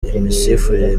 imisifurire